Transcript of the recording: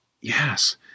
yes